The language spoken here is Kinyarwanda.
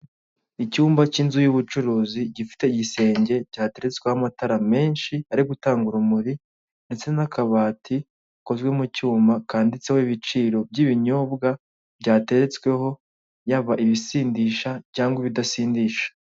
Icyumba k'inzu y'ubucuruzi gifite igisenge cyateretsweho amatara menshi ari gutanga urumuri, ndetse n'akabati gakozwe mu cyuma kanditseho ibiciro by'ibinyobwa byateretsweho yaba ibisindisha cyangwa ibidasindisha.